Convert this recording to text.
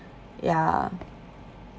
ya